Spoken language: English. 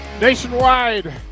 Nationwide